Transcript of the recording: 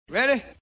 Ready